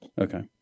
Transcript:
Okay